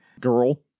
Girl